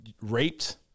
raped